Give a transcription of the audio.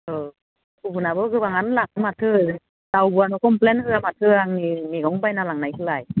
औ गुबुनाबो गोबाङानो लाङो माथो रावबोआनो कमप्लेन होआ माथो आंनि मैगं बायना लांनायखौलाय